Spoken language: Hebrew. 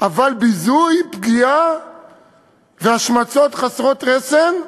אבל ביזוי, פגיעה והשמצות חסרות רסן,